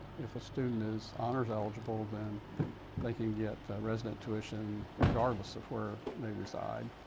if a student is honors eligible, then they can get resident tuition regardless of where they reside,